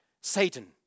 Satan